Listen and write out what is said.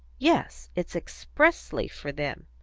yes, it's expressly for them,